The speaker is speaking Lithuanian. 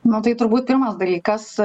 na tai turbūt pirmas dalykas